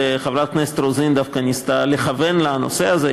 וחברת הכנסת רוזין דווקא ניסתה לכוון לנושא הזה.